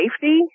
safety